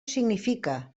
significa